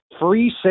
Free